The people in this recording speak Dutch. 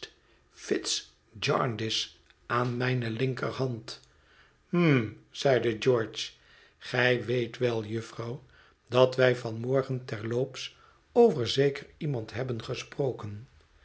st fitz jarndyce aan mijne linkerhand hm zeide george gij weet wel jufvrouw dat wij van morgen terloops over zeker iemand hebben gesproken